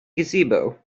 gazebo